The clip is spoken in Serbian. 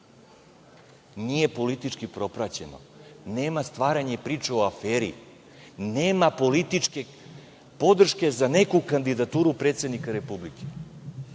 nije politički propraćeno, nema stvaranja i priča o aferi, nema političke podrške za neku kandidaturu predsednika Republike.